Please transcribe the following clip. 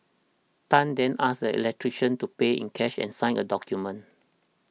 Tan then asked the electrician to pay in cash and sign a document